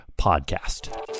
podcast